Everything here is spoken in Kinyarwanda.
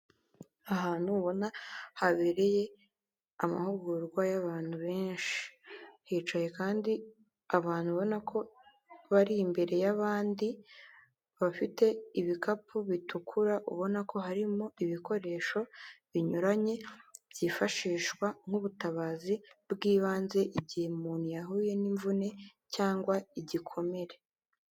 Ahantu ubona habereye amahugurwa y'abantu benshi, hicaye kandi abantu ubona ko bari imbere y'abandi, bafite ibikapu bitukura ubona ko harimo ibikoresho binyuranye byifashishwa nk'ubutabazi bw'ibanze igihe umuntu yahuye n'imvune cyangwa igikomere.